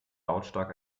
lautstark